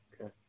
okay